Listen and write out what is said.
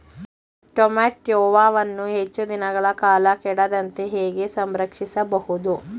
ಟೋಮ್ಯಾಟೋವನ್ನು ಹೆಚ್ಚು ದಿನಗಳ ಕಾಲ ಕೆಡದಂತೆ ಹೇಗೆ ಸಂರಕ್ಷಿಸಬಹುದು?